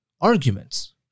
arguments